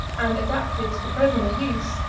and adapted to present use,